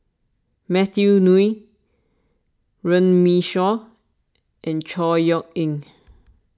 Matthew Ngui Runme Shaw and Chor Yeok Eng